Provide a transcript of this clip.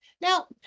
Now